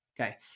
Okay